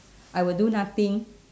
I will do nothing